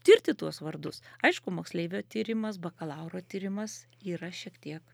tirti tuos vardus aišku moksleivio tyrimas bakalauro tyrimas yra šiek tiek